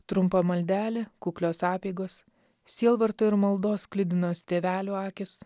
trumpa maldelė kuklios apeigos sielvarto ir maldos sklidinos tėvelių akys